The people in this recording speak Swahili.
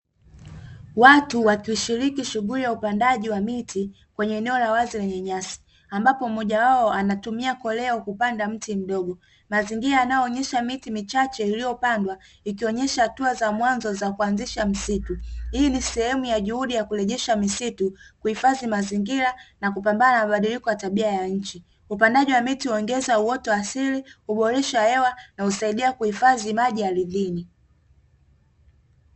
Watu wakishiriki shughuli ya upandaji wa miti kwenye eneo la wazi lenye nyasi ambapo mmoja wao anatumia koleo kupanda mti mdogo, mazingira yanayoonesha miti michache iliyopandwa ikionesha hatua za mwanzo za kuanzisha msitu ili sehemu ya juhudi ya kurejesha misitu kuhifadhi mazingira na kupambana na mabadiliko ya tabia ya nchi upandaji wa miti huongeza uoto wa asili, kuboresha hewa na husaidia kuhifadhi maji ardhini.